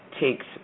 takes